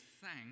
thank